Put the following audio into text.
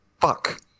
fuck